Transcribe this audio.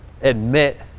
Admit